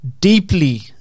Deeply